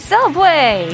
Subway